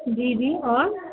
جی جی اور